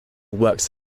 works